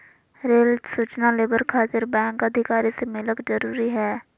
Rail सूचना labour खातिर bank अधिकारी से मिलक जरूरी है?